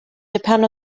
depend